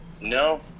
No